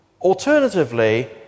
Alternatively